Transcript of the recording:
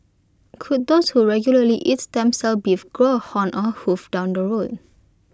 could those who regularly eat stem cell beef grow A horn or A hoof down the road